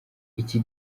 iki